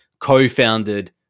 co-founded